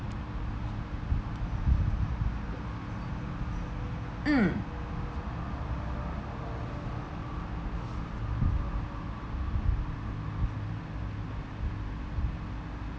mm